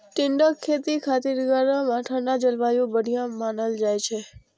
टिंडाक खेती खातिर गरम आ ठंढा जलवायु बढ़िया मानल जाइ छै